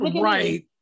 Right